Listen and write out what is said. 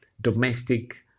domestic